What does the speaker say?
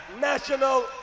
National